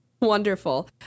Wonderful